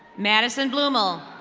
madison bloomill.